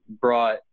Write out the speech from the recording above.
brought